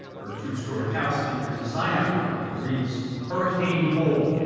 her two-story house features a sign out front that reads hurricane hole.